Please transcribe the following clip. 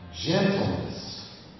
gentleness